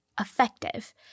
effective